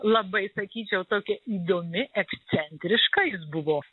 labai sakyčiau tokia įdomi ekscentriška jis buvo